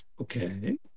okay